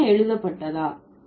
அது என்ன எழுதப்பட்டதா